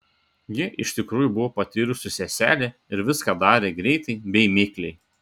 ji iš tikrųjų buvo patyrusi seselė ir viską darė greitai bei mikliai